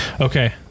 Okay